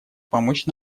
помочь